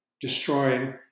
destroying